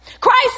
Christ